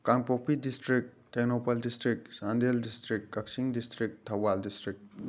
Kangpokpi district Tengnoupal district Chandel district Kakching district Thoubal district